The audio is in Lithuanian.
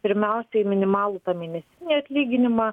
pirmiausia į minimalų mėnesinį atlyginimą